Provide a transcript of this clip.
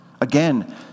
Again